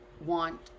want